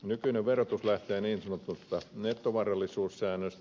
nykyinen verotus lähtee niin sanotusta nettovarallisuussäännöstä